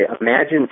imagine